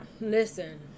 listen